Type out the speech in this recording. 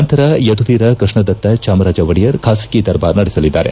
ನಂತರ ಯದುವೀರ ಕೃಷ್ಣದತ್ತ ಚಾಮರಾಜ ಒಡೆಯರ್ ಖಾಸಗಿ ದರ್ಬಾರ್ ನಡೆಸಲಿದ್ದಾರೆ